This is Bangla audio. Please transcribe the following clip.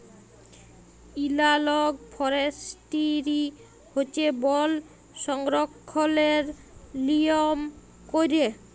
এলালগ ফরেস্টিরি হছে বল সংরক্ষলের লিয়ম ক্যইরে